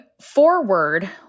forward